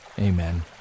amen